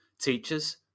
Teachers